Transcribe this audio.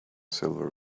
silver